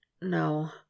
No